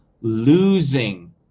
losing